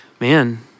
man